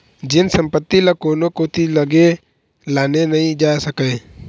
जेन संपत्ति ल कोनो कोती लेगे लाने नइ जा सकय